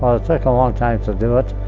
ah took a long time to do it,